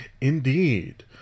Indeed